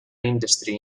industry